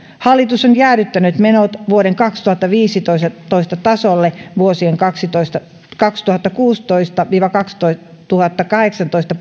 hallitus on jäädyttänyt menot vuoden kaksituhattaviisitoista tasolle vuosien kaksituhattakuusitoista viiva kaksituhattakahdeksantoista